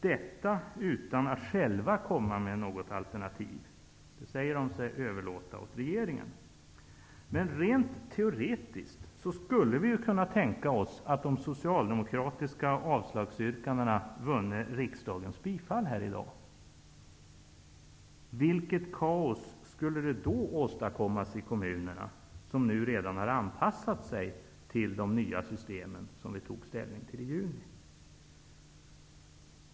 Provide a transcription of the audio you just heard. Detta gör de utan att själva föreslå något alternativ -- det säger de sig vilja överlåta åt regeringen. Rent teoretiskt skulle vi kunna tänka oss att de socialdemokratiska avslagsyrkandena i dag vunne riksdagens bifall. Vilket kaos skulle då inte åstadkommas i kommunerna, som nu redan har anpassat sig till de nya system som vi tog ställning till i juni!